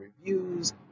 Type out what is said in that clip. reviews